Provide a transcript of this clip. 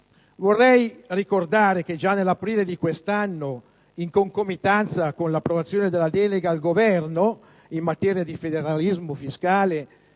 Vorrei ricordare che già nell'aprile di quest'anno, in concomitanza con l'approvazione della delega al Governo in materia di federalismo fiscale,